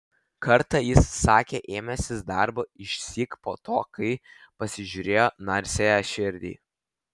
kartą jis sakė ėmęsis darbo išsyk po to kai pasižiūrėjo narsiąją širdį